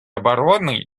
обороны